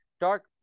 Dark